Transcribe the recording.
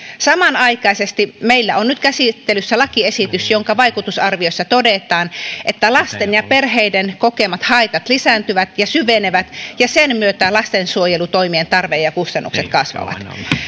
samanaikaisesti meillä on nyt käsittelyssä lakiesitys jonka vaikutusarviossa todetaan että lasten ja perheiden kokemat haitat lisääntyvät ja syvenevät ja sen myötä lastensuojelutoimien tarve ja kustannukset kasvavat